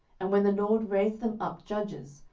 and when the lord raised them up judges,